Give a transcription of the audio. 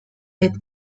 est